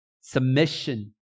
Submission